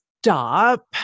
Stop